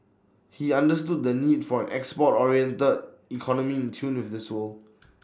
he understood the need for an export oriented economy in tune with this world